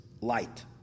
light